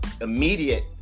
immediate